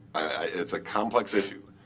it's a complex issue,